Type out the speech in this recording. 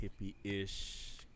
hippie-ish